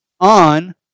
on